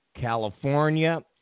California